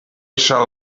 shall